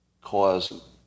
cause